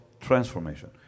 transformation